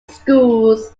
schools